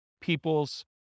people's